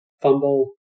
fumble